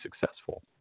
successful